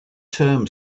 term